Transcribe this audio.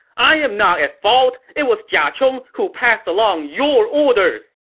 i am not at fault! it was jia chong who passed along your orders!